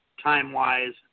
time-wise